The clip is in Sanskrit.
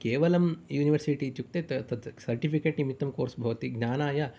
केवलं यूनिवर्सिटी इत्युक्ते तत् सर्टिफिकेट् निमित्तं कोर्स् भवति ज्ञानाय